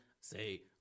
say